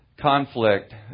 conflict